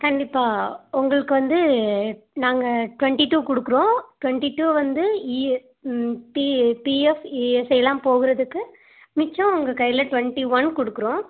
கண்டிப்பாக உங்களுக்கு வந்து நாங்கள் ட்வெண்ட்டி டூ கொடுக்குறோம் ட்வெண்ட்டி டூ வந்து இ பி பிஎஃப் இஎஸ்ஐ எல்லாம் போகறதுக்கு மிச்சம் உங்கள் கையில் ட்வெண்ட்டி ஒன் கொடுக்குறோம்